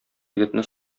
егетне